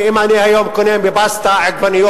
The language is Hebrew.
אם אני היום קונה בבסטה עגבניות,